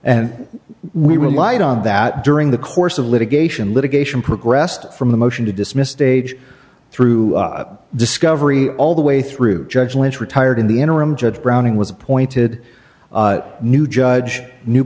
and we relied on that during the course of litigation litigation progressed from the motion to dismiss stage through discovery all the way through judge lynch retired in the interim judge browning was appointed a new judge new